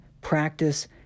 practice